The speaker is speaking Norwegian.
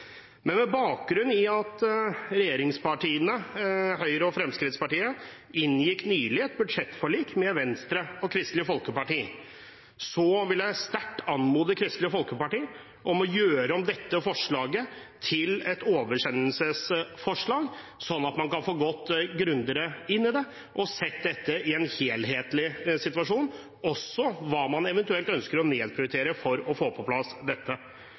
Med bakgrunn i at regjeringspartiene – Høyre og Fremskrittspartiet – nylig inngikk budsjettforlik med Venstre og Kristelig Folkeparti, vil jeg sterkt anmode Kristelig Folkeparti om å omgjøre sitt forslag til et oversendelsesforslag, slik at man kan få gått grundigere inn i det, og se det ut fra en helhetlig situasjon – og også hva man eventuelt ønsker å nedprioritere for å få dette på plass.